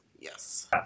Yes